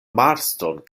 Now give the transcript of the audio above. marston